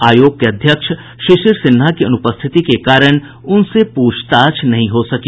आयोग के अध्यक्ष शिशिर सिन्हा की अनुपस्थिति के कारण उनसे पूछताछ नहीं हो सकी